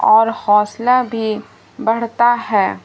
اور حوصلہ بھی بڑھتا ہے